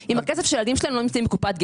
הכסף של הילדים שלהם לא נמצאים בקופת גמל,